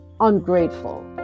ungrateful